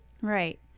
Right